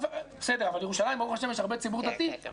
אבל בירושלים, ברוך-השם, יש ציבור דתי גדול.